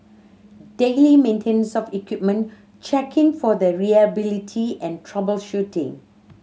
daily maintenance of equipment checking for the reliability and troubleshooting